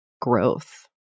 growth